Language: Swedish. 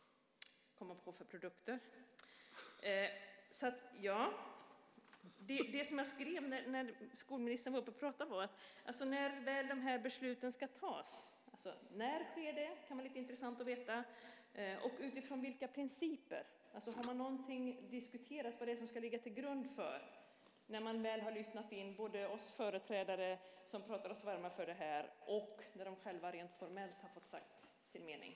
Jag noterade några frågor när skolministern pratade om när besluten ska fattas. När sker det? Det kan vara intressant att få veta. Utifrån vilka principer? Har man diskuterat vad som ska ligga till grund, när man väl har lyssnat på oss företrädare som pratar oss varma om detta och de själva rent formellt har fått säga sin mening?